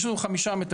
יש לנו 5 מטרים.